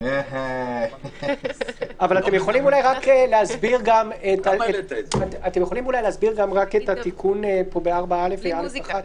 אתם יכולים להסביר את התיקון ב-(4א)?